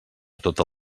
tota